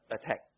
attack